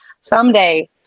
someday